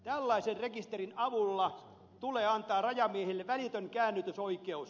tällaisen rekisterin avulla tulee antaa rajamiehille välitön käännytysoikeus